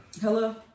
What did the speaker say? Hello